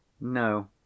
No